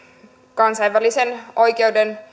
kansainvälisen oikeuden